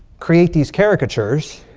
create these caricatures.